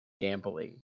gambling